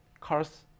cars